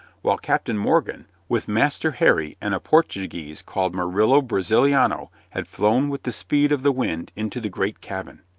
while captain morgan, with master harry and a portuguese called murillo braziliano, had flown with the speed of the wind into the great cabin.